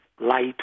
light